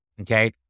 Okay